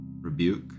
rebuke